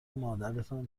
مادرتان